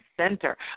center